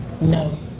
No